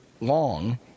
long